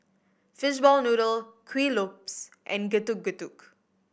fishball noodle Kuih Lopes and Getuk Getuk